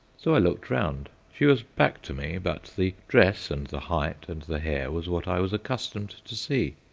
so i looked round. she was back to me, but the dress and the height and the hair was what i was accustomed to see.